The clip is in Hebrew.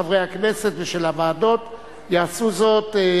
עברה בקריאה טרומית ותועבר לוועדת הכלכלה